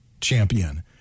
champion